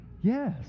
Yes